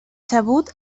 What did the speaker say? sabut